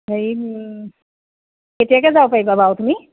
হেৰি কেতিয়াকৈ যাব পাৰিবা বাৰু তুমি